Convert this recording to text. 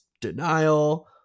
denial